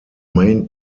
main